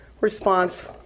response